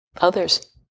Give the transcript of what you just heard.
others